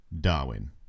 Darwin